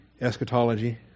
eschatology